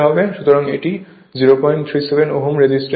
সুতরাং এটি 037 ohm resistance হবে